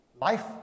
life